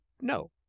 no